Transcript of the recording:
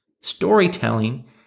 storytelling